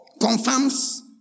confirms